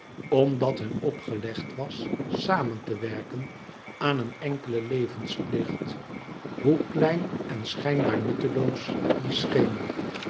omdat hun opgelegd was samen te werken aan een enkelen levensplicht hoe klein en schijnbaar nutteloos die scheen